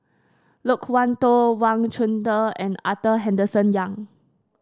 Loke Wan Tho Wang Chunde and Arthur Henderson Young